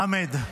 חמד,